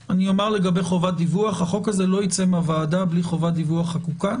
לגבי חובת דיווח החוק הזה לא יצא מהוועדה בלי חובת דיווח חקוקה.